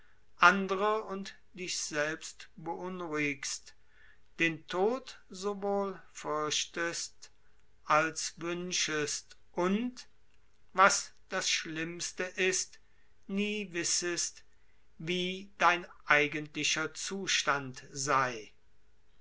andere und dich selbst beunruhigst den tod sowohl fürchtest als wünschest und was das schlimmste ist nie wissest wie dein eigentlicher zustand sei